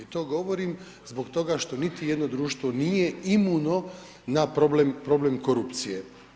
To govorim zbog toga što niti jedno društvo nije imuno na problem korupcije.